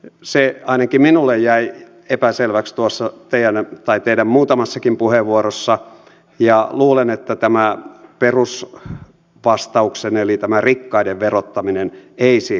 se ainakin minulle jäi epäselväksi tuossa teidän tai teidän muutamassakin puheenvuorossa ja luulen että perusvastauksenne eli rikkaiden verottaminen ei siihen riitä